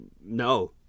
no